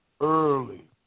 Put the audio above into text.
Early